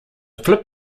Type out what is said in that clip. flip